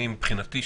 מבחינתי,